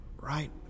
right